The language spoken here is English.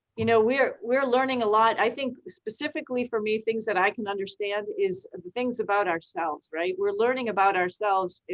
you know we're, we're, learning a lot. i think specifically for me, things that i can understand is the things about ourselves, right? we're learning about ourselves,